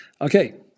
Okay